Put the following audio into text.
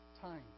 time